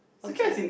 okay